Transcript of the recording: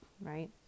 right